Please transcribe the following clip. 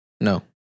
No